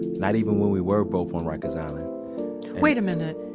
not even when we were both on riker's island wait a minute.